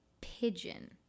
pigeon